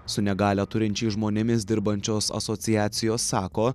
su negalią turinčiais žmonėmis dirbančios asociacijos sako